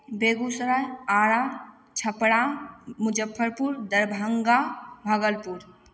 Begusarai Ara Chhapra Muzaffarpur Darbhanga Bhagalpur